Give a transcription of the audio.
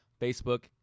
Facebook